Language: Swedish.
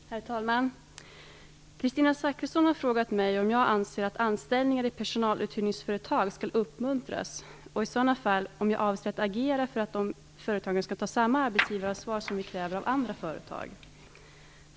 Herr talman! Kristina Zakrisson har frågat mig om jag anser att anställningar i personaluthyrningsföretag skall uppmuntras och om jag i så fall avser att agera för att dessa företag skall ta samma arbetsgivaransvar som vi kräver av andra företag.